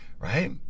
right